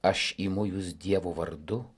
aš imu jus dievo vardu